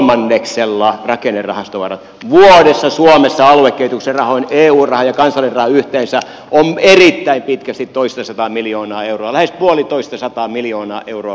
vuodessa suomessa aluekehityksen rahat eu raha ja kansallinen raha yhteensä erittäin pitkästi toistasataa miljoonaa euroa lähes puolitoistasataa miljoonaa euroa